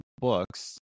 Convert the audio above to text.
books